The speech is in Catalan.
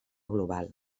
global